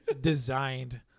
designed